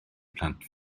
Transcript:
plant